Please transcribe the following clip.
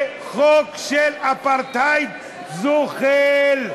זה חוק של אפרטהייד זוחל.